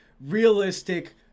realistic